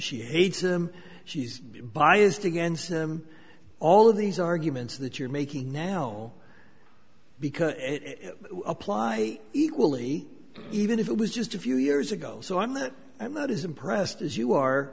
she hates him she's biased against them all of these arguments that you're making now because it apply equally even if it was just a few years ago so i'm that and that is impressed as you are